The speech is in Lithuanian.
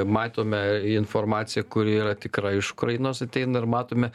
matome informaciją kuri yra tikra iš ukrainos ateina ir matome